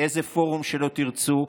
באיזה פורום שתרצו,